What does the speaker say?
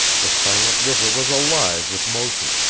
the silent river was alive with motion,